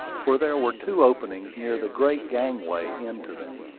for there were two openings near the great gangway into them.